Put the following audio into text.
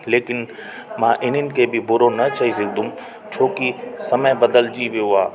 लेकिन मां इन्हीनि खे बि बुरो न चई सघंदुमि छोकी समय बदिलजी वियो आहे